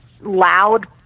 loud